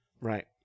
Right